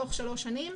בתוך שלוש שנים,